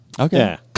Okay